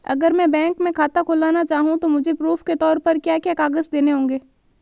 अगर मैं बैंक में खाता खुलाना चाहूं तो मुझे प्रूफ़ के तौर पर क्या क्या कागज़ देने होंगे?